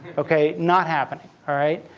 ok? not happen, right?